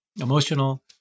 emotional